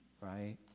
right